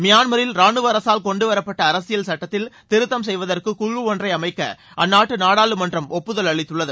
மியான்மரில் ராணுவ அரசால் கொண்டுவரப்பட்ட அரசியல் சட்டத்தில் திருத்தம் செய்வதற்கு குழு ஒன்றை அமைக்க அந்நாட்டு நாடாளுமன்றம் ஒப்புதல் அளித்துள்ளது